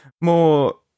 more